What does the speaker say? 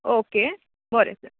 okay बरे